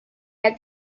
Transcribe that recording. had